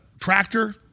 tractor